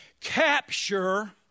capture